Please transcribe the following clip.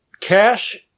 Cash